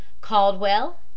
Caldwell